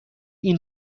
این